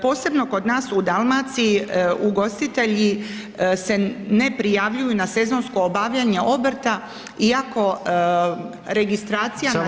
Posebno kod nas u Dalmaciji ugostitelji se ne prijavljuju na sezonsko obavljanje obrta iako registracijama.